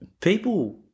people